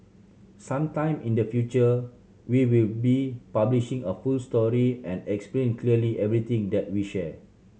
some time in the future we will be publishing a full story and explain clearly everything that we share